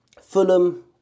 Fulham